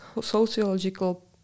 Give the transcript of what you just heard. sociological